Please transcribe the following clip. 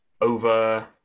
over